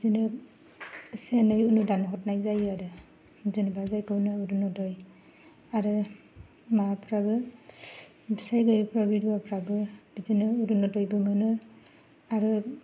बिदिनो एसे एनै दान हरनाय जायो आरो जेनेबा जायखौ होनो उरनदय आरो माबाफ्राबो फिसाय गैयि बिधवाफ्राबो बिदिनो उरनदयबो मोनो आरो